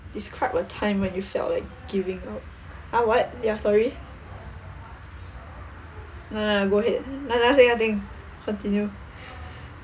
describe a time when you felt like giving up !huh! what ya sorry no no no go ahead not~ nothing nothing continue